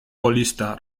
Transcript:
colista